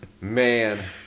Man